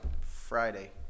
Friday